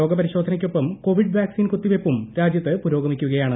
രോഗ പരിശോധനക്കൊപ്പം Covid vaccine കുത്തിവെപ്പും രാജ്യത്ത് പുരോഗമിക്കുകയാണ്